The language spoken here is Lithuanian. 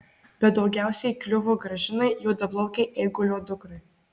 bet daugiausiai kliuvo gražinai juodaplaukei eigulio dukrai